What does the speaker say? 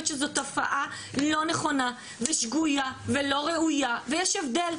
שזו תופעה לא נכונה ושגוייה ולא ראויה ויש הבדל,